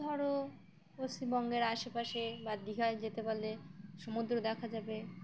ধরো পশ্চিমবঙ্গের আশেপাশে বা দীঘায় যেতে পারলে সমুদ্র দেখা যাবে